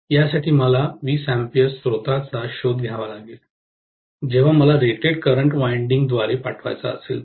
या साठी मला 20 A स्त्रोताचा शोध घ्यावा लागेल जेव्हा मला रेटेड करंट वायंडिंग द्वारे पाठवायचा असेल तर